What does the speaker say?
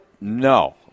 No